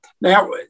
now